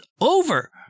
over